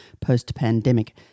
post-pandemic